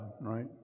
right